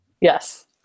Yes